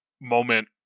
moment